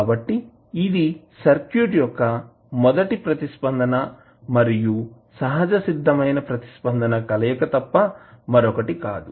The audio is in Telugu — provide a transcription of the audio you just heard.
కాబట్టి ఇది సర్క్యూట్ యొక్క మొదటి ప్రతిస్పందన మరియు సహజసిద్ధమైన ప్రతిస్పందన కలయిక తప్ప మరొకటి కాదు